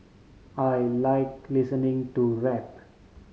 I like listening to rap